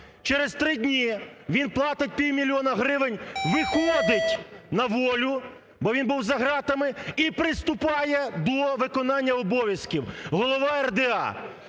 Через три дні він платить півмільйона гривень, виходить на волю, бо він був за ґратами, і приступає до виконання обов'язків голова РДА.